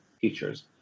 teachers